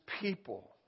people